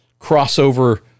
crossover